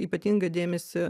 ypatingą dėmesį